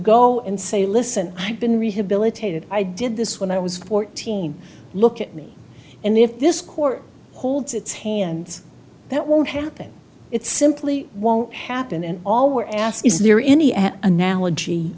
go and say listen i've been rehabilitated i did this when i was fourteen look at me and if this court holds its hands that won't happen it simply won't happen and all were asked is there any at analogy